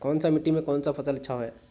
कोन सा मिट्टी में कोन फसल अच्छा होय है?